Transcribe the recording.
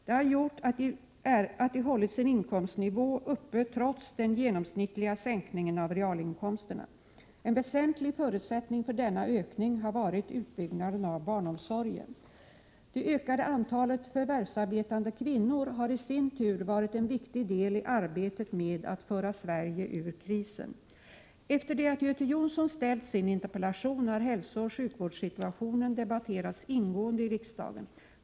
Det har gjort att de hållit sin inkomstnivå uppe trots den genomsnittliga sänkningen av realinkomsterna. En väsentlig förutsättning för denna ökning har varit utbyggnaden av barnomsorgen. Det ökade antalet förvärvsarbetande kvinnor har i sin tur varit en viktig del i arbetet med att föra Sverige ur krisen. Efter det att Göte Jonsson framställt sin interpellation har hälsooch sjukvårdssituationen debatterats ingående i riksdagen.